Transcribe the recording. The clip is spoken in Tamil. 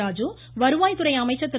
ராஜு வருவாய் துறை அமைச்சர் திரு